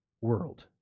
world